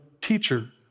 Teacher